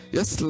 Yes